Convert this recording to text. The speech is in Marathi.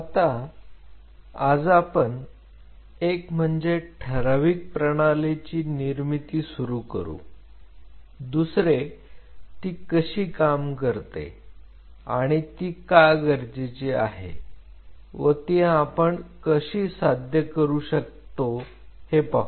आता आज आपण एक म्हणजे ठराविक प्रणाली ची निर्मिती सुरू करू दुसरे ती कशी काम करते आणि ती का गरजेची आहे व ती आपण कशी साध्य करू शकतो हे पाहू